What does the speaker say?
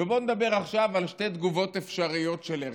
בואו נדבר עכשיו על שתי תגובות אפשריות של הרצל.